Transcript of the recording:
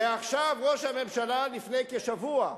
ועכשיו ראש הממשלה, לפני כשבוע,